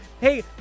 Hey